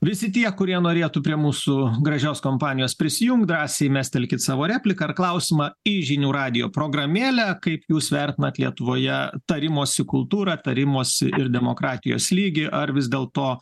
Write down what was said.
visi tie kurie norėtų prie mūsų gražios kompanijos prisijungt drąsiai mestelkit savo repliką ar klausimą į žinių radijo programėlę kaip jūs vertinat lietuvoje tarimosi kultūrą tarimosi ir demokratijos lygį ar vis dėlto